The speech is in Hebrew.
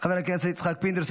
חבר הכנסת יצחק פינדרוס,